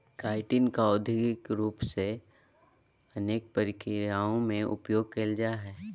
chitin का औद्योगिक रूप से अनेक प्रक्रियाओं में उपयोग करल जा हइ